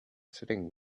sitting